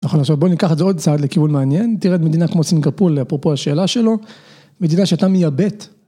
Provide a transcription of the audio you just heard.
נכון, עכשיו בואו ניקח את זה עוד צעד לכיוון מעניין, תראה מדינה כמו סינגפור, אפרופו השאלה שלו, מדינה שהיתה מייבאת